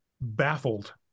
baffled